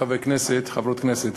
חברי כנסת, חברות כנסת,